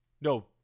No